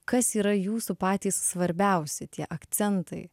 kas yra jūsų patys svarbiausi tie akcentai